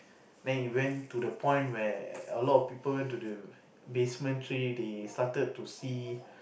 then it went to the point where a lot people went to the basement three they started to see